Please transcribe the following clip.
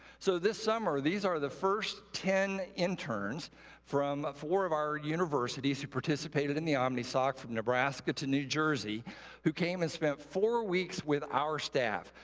so this summer, these are the first ten interns from four of our universities who participated in the omnisoc from nebraska to new jersey who came and spent four weeks with our staff.